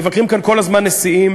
מבקרים כאן כל הזמן נשיאים,